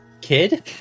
kid